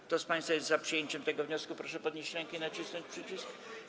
Kto z państwa jest za przyjęciem tego wniosku, proszę podnieść rękę i nacisnąć przycisk.